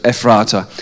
Ephrata